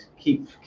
keep